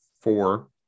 four